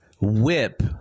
whip